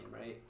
right